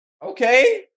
Okay